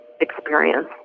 experience